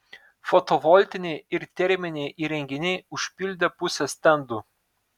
fotovoltiniai ir terminiai įrenginiai užpildė pusę stendų